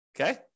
Okay